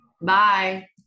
bye